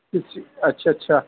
اچھا اچھا